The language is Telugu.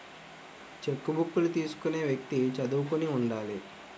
చెక్కుబుక్కులు తీసుకునే వ్యక్తి చదువుకుని ఉండాలి